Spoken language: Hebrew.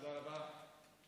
תודה רבה.